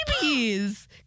babies